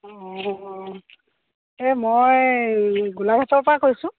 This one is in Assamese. অঁ এই মই গোলাঘাটৰ পৰা কৈছোঁ